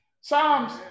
Psalms